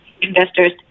investors